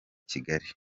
kigali